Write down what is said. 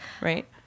Right